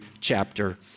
chapter